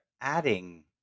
adding